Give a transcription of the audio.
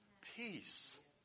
peace